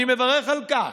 אני מברך על כך.